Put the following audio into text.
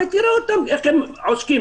ותראה אותם איך הם עושקים.